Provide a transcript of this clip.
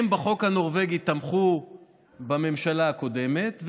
הם תמכו בחוק הנורבגי בממשלה הקודמת,